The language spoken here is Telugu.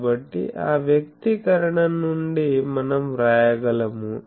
కాబట్టి ఆ వ్యక్తీకరణ నుండి మనం వ్రాయగలము